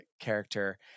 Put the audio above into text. character